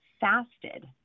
fasted